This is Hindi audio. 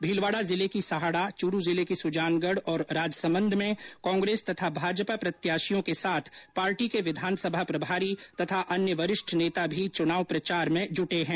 भीलवाड़ा जिले की सहाड़ा चूरू जिले की सुजानगढ़ तथा राजसमंद में कांग्रेस तथा भाजपा प्रत्याशियों के साथ पार्टी के विधानसभा प्रभारी तथा अन्य वरिष्ठ नेता भी चुनाव प्रचार में जूटे हैं